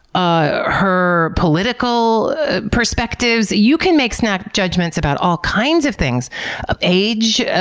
ah her political perspectives. you can make snap judgments about all kinds of things ah age,